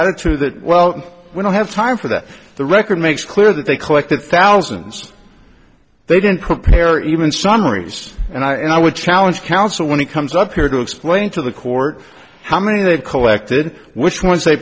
attitude that well we don't have time for that the record makes clear that they collected thousands they didn't prepare even summaries and i would challenge counsel when he comes up here to explain to the court how many they've collected which ones they